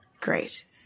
Great